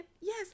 yes